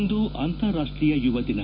ಇಂದು ಅಂತಾರಾಷ್ಟೀಯ ಯುವ ದಿನ